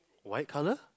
white colour